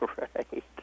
Right